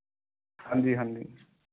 ਹਾਂਜੀ ਹਾਂਜੀ